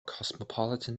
cosmopolitan